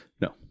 no